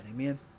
Amen